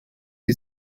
die